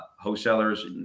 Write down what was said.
wholesalers